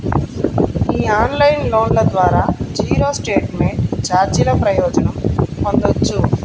ఈ ఆన్లైన్ లోన్ల ద్వారా జీరో స్టేట్మెంట్ ఛార్జీల ప్రయోజనం పొందొచ్చు